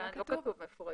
כאן לא כתוב מפורשת.